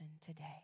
today